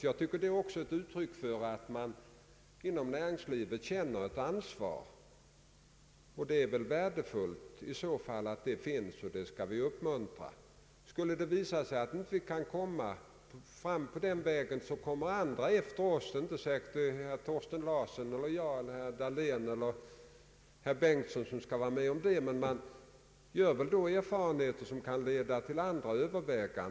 Jag tycker att detta är ett uttryck för att man inom näringslivet känner ett ansvar. Det är i så fall värdefullt och det bör vi uppmuntra. Skulle det visa sig att vi inte kan lösa frågan på detta sätt får andra efter oss försöka finna andra lösningar och det är inte säkert att herrar Thorsten Larsson, Dahlén, Bengtson och jag får vara med om det. Men man får måhända erfarenheter som kan leda till andra åtgärder.